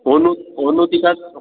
ओनू ओनू तिका